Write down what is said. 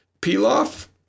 pilaf